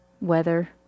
weather